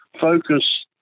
focus